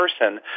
person